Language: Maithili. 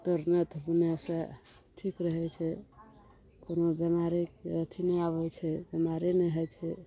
डाक्टर नहि तऽ बुनै सऽ ठीक रहै छै कोनो बेमारी अथी नहि आबै छै बेमारी नहि होइ छै